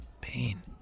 Pain